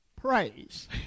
Praise